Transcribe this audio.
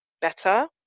better